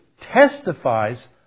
testifies